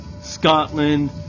Scotland